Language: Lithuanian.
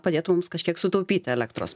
padėtų mums kažkiek sutaupyti elektros